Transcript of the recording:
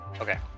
Okay